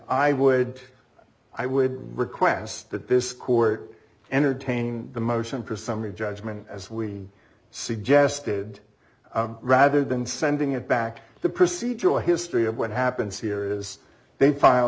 i would i would request that this court entertain the motion for summary judgment as we suggested rather than sending it back the procedural history of what happens here is they file